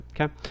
Okay